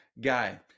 guy